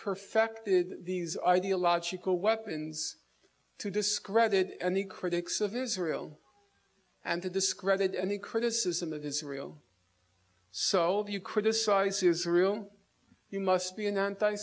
perfected these ideological weapons to discredit any critics of israel and to discredit any criticism of israel so if you criticize israel you must be an anti